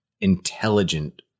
intelligent